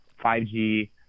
5G